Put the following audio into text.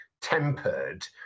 tempered